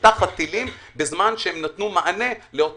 800 מיליון שקלים של ימי הבידוד שהמעסיקים לא לקחו?